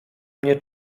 mnie